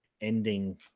ending